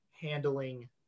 handling